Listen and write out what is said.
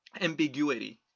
ambiguity